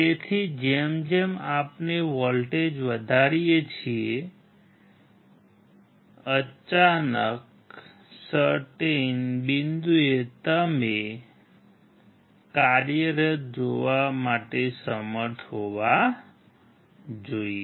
તેથી જેમ જેમ આપણે વોલ્ટેજ વધારીએ છીએ અચાનક જોવા માટે સમર્થ હોવા જોઈએ